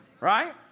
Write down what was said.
Right